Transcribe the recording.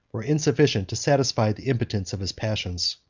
were insufficient to satisfy the impotence of his passions.